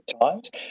times